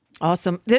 Awesome